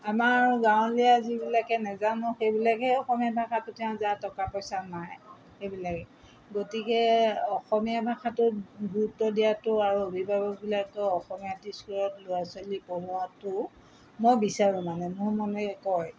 আমাৰ গাঁৱলীয়া যিবিলাকে নেজানো সেইবিলাকহে অসমীয়া ভাষাটো তেওঁ যাৰ টকা পইচা নাই সেইবিলাক গতিকে অসমীয়া ভাষাটোত গুৰুত্ব দিয়াটো আৰু অভিভাৱকবিলাকেও অসমীয়া স্কুলত ল'ৰা ছোৱালী পঢ়োৱাটো মই বিচাৰোঁ মানে মোৰ মনে কয়